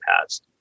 past